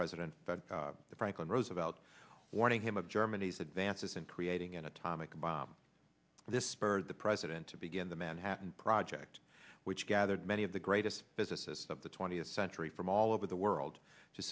president franklin roosevelt warning him of germany's advances in creating an atomic bomb this spurred the president to begin the manhattan project which gathered many of the greatest physicists of the twentieth century from all over the world to